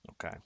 Okay